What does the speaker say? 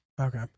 Okay